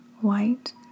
white